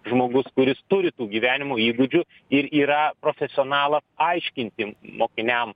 žmogus kuris turi tų gyvenimo įgūdžių ir yra profesionalas aiškinti mokiniam